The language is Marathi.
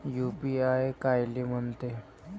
यू.पी.आय कायले म्हनते?